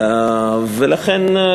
לכן,